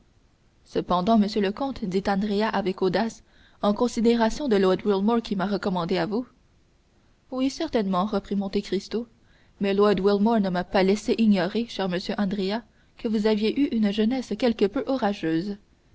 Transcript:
cependant monsieur le comte dit andrea avec audace en considération de lord wilmore qui m'a recommandé à vous oui certainement reprit monte cristo mais lord wilmore ne m'a pas laissé ignorer cher monsieur andrea que vous aviez eu une jeunesse quelque peu orageuse